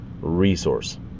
resource